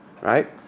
right